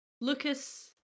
Lucas